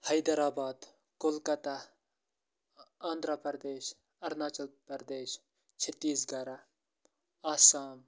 حیدر آباد کولکَتہ آندرا پردیش اَرناچَل پردیش چھٔتیٖس گَرہ آسام